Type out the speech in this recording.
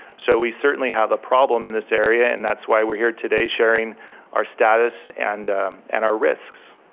so we certainly have a problem in this area. and that's why we're here today sharing our status and and our risks.